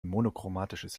monochromatisches